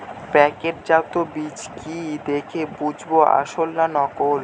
প্যাকেটজাত বীজ কি দেখে বুঝব আসল না নকল?